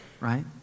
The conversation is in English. Right